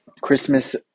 Christmas